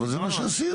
אבל, זה מה שעשינו.